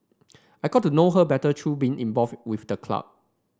I got to know her better through being involved with the club